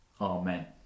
Amen